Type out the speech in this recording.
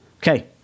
okay